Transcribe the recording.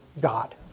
god